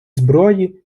зброї